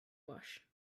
wash